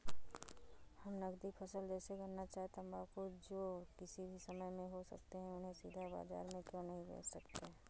हम नगदी फसल जैसे गन्ना चाय तंबाकू जो किसी भी समय में हो सकते हैं उन्हें सीधा बाजार में क्यो नहीं बेच सकते हैं?